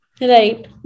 Right